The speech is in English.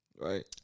Right